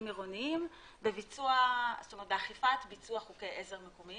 עירוניים באכיפת ביצוע חוקי עזר מקומיים.